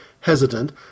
hesitant